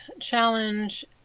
challenge